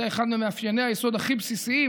זה אחד ממאפייני היסוד הכי בסיסיים